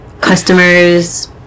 customers